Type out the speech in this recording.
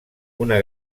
una